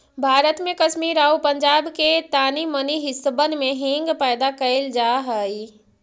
भारत में कश्मीर आउ पंजाब के तानी मनी हिस्सबन में हींग पैदा कयल जा हई